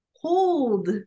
hold